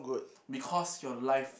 because your life